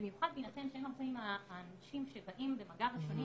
במיוחד בהינתן שהם האנשים שבאים במגע ראשונים